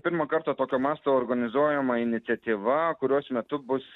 pirmą kartą tokio masto organizuojama iniciatyva kurios metu bus